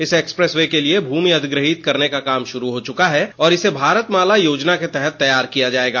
इस एक्सप्रेसवे के लिए भूमि अधिग्रहीत करने का काम शुरु हो चुका है और इसे भारत माला योजना के तहत तैयार किया जाएगा